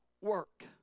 work